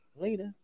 Later